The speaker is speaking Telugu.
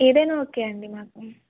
ఏదైనా ఓకే అండి మాకు